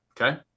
okay